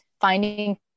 finding